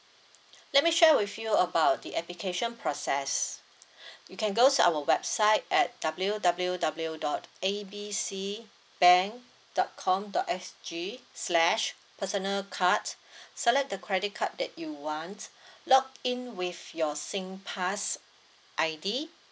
let me share with you about the application process you can go to our website at W_W_W dot A B C bank dot com dot S_G slash personal card select the credit card that you want log in with your singpass I_D